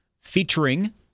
featuring